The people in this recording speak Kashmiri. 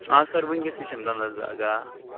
آ سر وُنکٮ۪سے چھَم دنٛدس دَگ آ